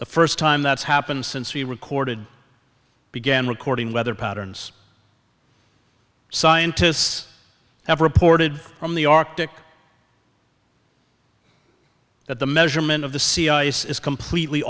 the first time that's happened since we recorded began recording weather patterns scientists have reported from the arctic that the measurement of the sea ice is completely